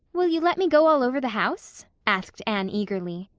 will you let me go all over the house? asked anne eagerly.